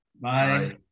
Bye